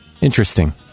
interesting